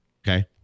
Okay